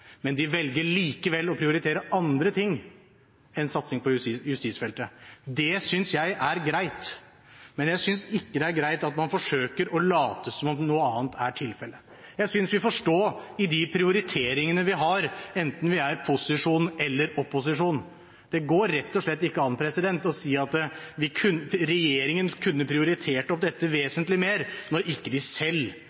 men de velger likevel å prioritere andre ting enn satsing på justisfeltet. Det synes jeg er greit, men jeg synes ikke det er greit at man forsøker å late som om noe annet er tilfellet. Jeg synes vi får stå i de prioriteringene vi har, enten vi er i posisjon eller i opposisjon. Det går rett og slett ikke an å si at regjeringen kunne prioritert opp dette